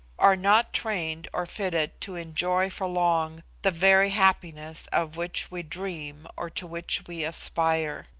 are not trained or fitted to enjoy for long the very happiness of which we dream or to which we aspire.